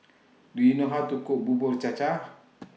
Do YOU know How to Cook Bubur Cha Cha